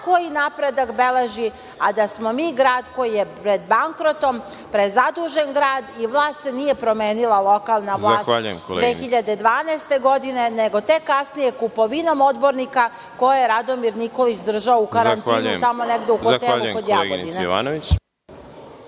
koji napredak beleži, a da smo mi grad koji je pred bankrotom, prezadužen grad i vlast se nije promenila, lokalna vlast 2012. godine, nego tek kasnije kupovinom odbornika koje je Radomir Nikolić držao u karantinu tamo negde u hotelu kod Jagodine.